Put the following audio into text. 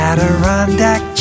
Adirondack